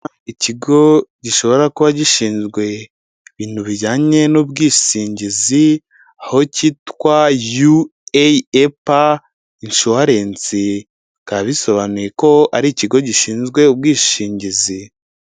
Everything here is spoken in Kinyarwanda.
Ikigo gishobora kuba gishinzwe ibintu bijyanye n'ubwishingizi aho cyitwa yu eyi epa inshuwarensi. Bikaba bisobanuye ko ari ikigo gishinzwe ubwishingizi.